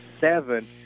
seven